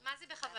מה זה בכוונה,